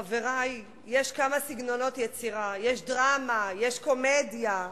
חברי, יש כמה סגנונות יצירה, יש דרמה, יש קומדיה.